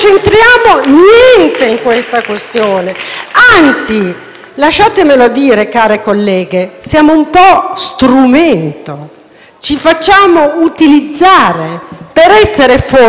Anzi, lasciatemelo dire, care colleghe, siamo un po' strumento, ci facciamo utilizzare per essere forma e molto poco sostanza.